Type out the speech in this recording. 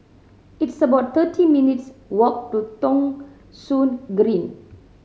it's about thirty minutes' walk to Thong Soon Green